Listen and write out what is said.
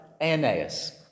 Aeneas